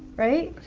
right?